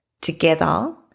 together